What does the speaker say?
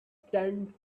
stand